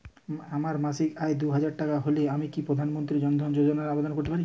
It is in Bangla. আমার মাসিক আয় দুহাজার টাকা হলে আমি কি প্রধান মন্ত্রী জন ধন যোজনার জন্য আবেদন করতে পারি?